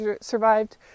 survived